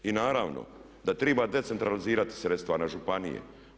I naravno da treba decentralizirat sredstva na županije.